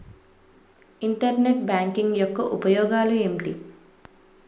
Internet banking యెక్క ఉపయోగాలు ఎంటి?